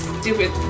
Stupid